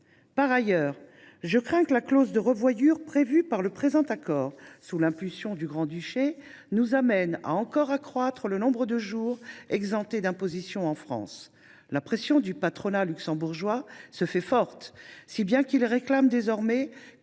Par ailleurs, je crains que la clause de revoyure prévue par le présent accord sous l’impulsion du Grand Duché ne nous conduise à encore accroître le nombre de jours exemptés d’imposition en France. La pression du patronat luxembourgeois se fait forte, si bien qu’il réclame désormais